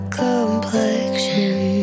complexion